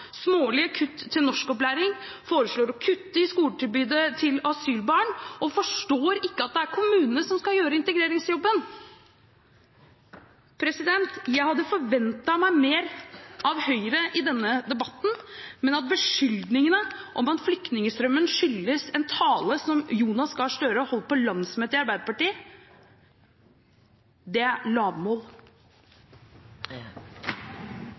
smålige kutt til norskopplæring, foreslår å kutte i skoletilbudet til asylbarn, og de forstår ikke at det er kommunene som skal gjøre integreringsjobben. Jeg hadde forventet meg mer av Høyre i denne debatten, men at beskyldningene om at flyktningstrømmen skyldes en tale som Jonas Gahr Støre holdt på landsmøtet i Arbeiderpartiet – det er lavmål. Det er